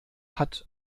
hat